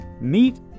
meet